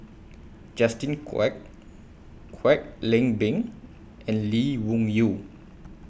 Justin Quek Kwek Leng Beng and Lee Wung Yew